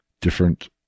different